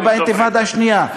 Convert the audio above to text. לא באינתיפאדה השנייה,